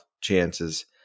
chances